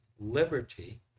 liberty